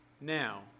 Now